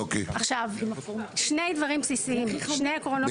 עכשיו שני דברים בסיסיים שני עקרונות.